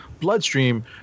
bloodstream